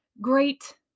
great